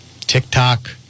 TikTok